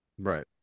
Right